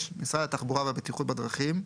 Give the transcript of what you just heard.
6.משרד התחבורה והבטיחות בדרכים,